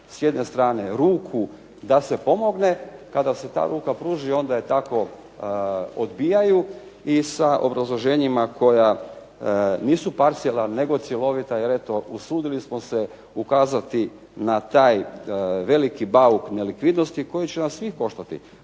s jedne strane ruku da se pomogne, kada se ta ruka pruži onda je tako odbijaju i sa obrazloženjima koja nisu parcijalna nego cjelovita jer eto usudili smo se ukazati na taj veliki bauk nelikvidnosti koji će nas svih koštati